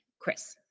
Chris